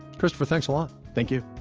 christopher, thanks a lot thank you